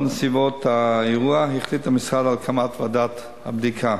לנוכח נסיבות האירוע החליט המשרד על הקמת ועדת הבדיקה.